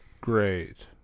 great